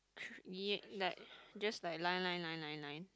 me like just like line line line line line